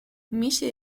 میشه